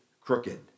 crooked